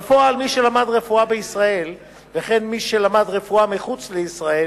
בפועל, מי שלמד רפואה בישראל